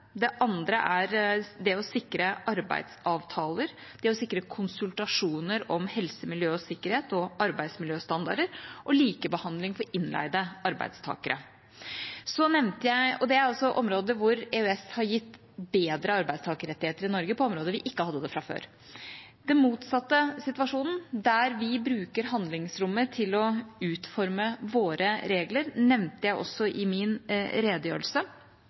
det andre er det å sikre arbeidsavtaler, det å sikre konsultasjoner om helse, miljø og sikkerhet og arbeidsmiljøstandarder og likebehandling for innleide arbeidstakere. Det er også områder hvor EØS har gitt bedre arbeidstakerrettigheter i Norge på områder vi ikke hadde det fra før. Den motsatte situasjonen, der vi bruker handlingsrommet til å utforme våre regler, nevnte jeg også i min redegjørelse.